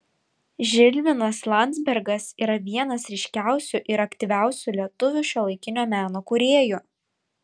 žilvinas landzbergas yra vienas ryškiausių ir aktyviausių lietuvių šiuolaikinio meno kūrėjų